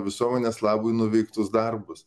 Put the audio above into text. visuomenės labui nuveiktus darbus